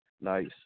Nice